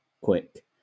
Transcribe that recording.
quick